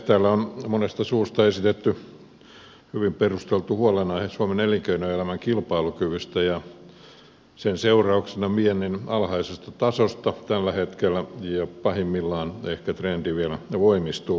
täällä on monesta suusta esitetty hyvin perusteltu huolenaihe suomen elinkeinoelämän kilpailukyvystä ja sen seurauksena viennin alhaisesta tasosta tällä hetkellä ja pahimmillaan ehkä trendi vielä voimistuu väärään suuntaan